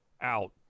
out